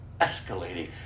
Escalating